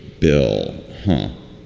bill? ha.